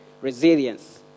resilience